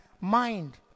mind